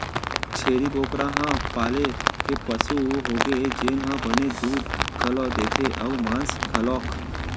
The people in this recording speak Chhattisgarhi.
छेरी बोकरा ह पाले के पसु होगे जेन ह बने दूद घलौ देथे अउ मांस घलौक